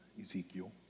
Ezekiel